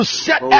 set